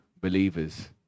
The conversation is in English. believers